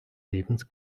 lebens